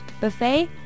Buffet